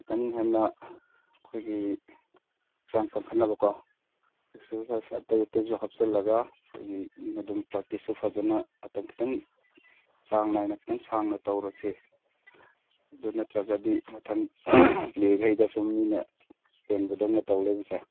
ꯈꯖꯤꯛꯇꯪ ꯍꯦꯟꯅ ꯑꯩꯈꯣꯏꯒꯤ ꯍꯛꯆꯥꯡ ꯀꯟꯈꯠꯅꯕꯀꯣ ꯑꯦꯛꯁꯔꯁꯥꯏꯖ ꯑꯇꯩ ꯑꯇꯩꯁꯨ ꯍꯥꯞꯆꯜꯂꯒ ꯑꯩꯈꯣꯏꯒꯤ ꯑꯗꯨꯝ ꯄ꯭ꯔꯥꯛꯇꯤꯁꯇꯨ ꯐꯖꯅ ꯃꯇꯝ ꯈꯖꯤꯛꯇꯪ ꯆꯥꯡ ꯅꯥꯏꯅ ꯈꯖꯤꯛꯇꯪ ꯁꯥꯡꯅ ꯇꯧꯔꯁꯦ ꯑꯗꯨ ꯅꯠꯇ꯭ꯔꯒꯗꯤ ꯃꯊꯪ ꯄ꯭ꯂꯦ ꯃꯈꯩꯗꯁꯨ ꯃꯤꯅ ꯍꯦꯟꯕꯗꯧꯅ ꯇꯧꯔꯒ ꯂꯩꯕꯁꯦ